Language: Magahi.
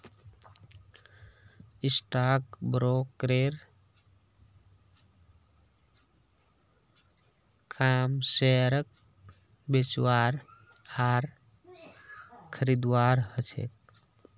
स्टाक ब्रोकरेर काम शेयरक बेचवार आर खरीदवार ह छेक